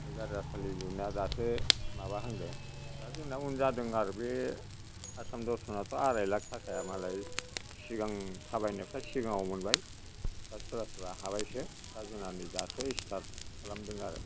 बे गार्जासालिया दासो माबाहांदों दा जोंना एसे उन जादों आरो बे आसाम दर्सनाथ' आराय लाख थाखाया मालाय सिगां थाबायनायफ्रा सिगाङाव मोनबाय दा सोरबा सोरबा हाबायसो दा जोंना नै दासो स्थार खालामदों आरो